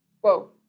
whoa